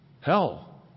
Hell